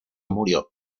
murió